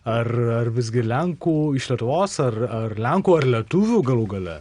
ar ar visgi lenku iš lietuvos ar ar lenku ar lietuviu galų gale